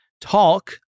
talk